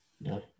no